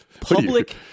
public